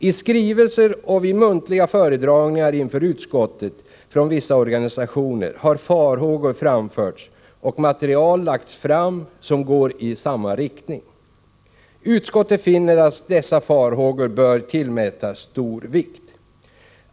I skrivelser och vid muntliga föredragningar inför utskottet från vissa organisationer har farhågor framförts och material lagts fram som går i samma riktning. Utskottet finner att dessa farhågor bör tillmätas stor vikt.